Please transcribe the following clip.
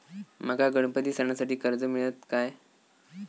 माका गणपती सणासाठी कर्ज मिळत काय?